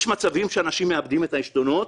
יש מצבים שאנשים מאבדים את העשתונות,